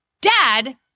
dad